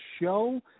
show